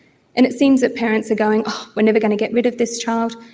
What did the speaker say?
and it seems that parents are going we're never going to get rid of this child,